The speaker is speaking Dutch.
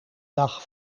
dag